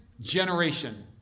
generation